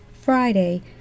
Friday